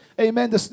amen